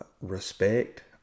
respect